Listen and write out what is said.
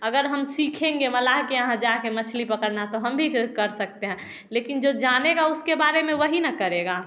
अगर हम सीखेंगे मलाह के यहाँ जाके मछली पकड़ना तो हम भी कर सकते है लेकिन जो जानेगा उसके बारे में वही न करेगा